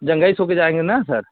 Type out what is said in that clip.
जंघई से होकर जाएँगे ना सर